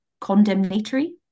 condemnatory